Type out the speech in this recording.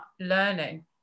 learning